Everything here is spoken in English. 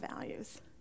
values